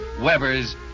Weber's